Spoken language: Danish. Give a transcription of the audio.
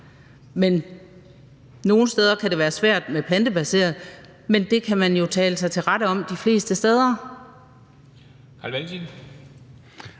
nogle steder kan det være svært med plantebaseret. Men det kan man jo tale sig til rette om de fleste steder.